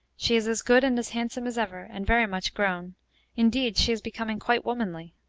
she is as good and as handsome as ever, and very much grown indeed, she is becoming quite womanly.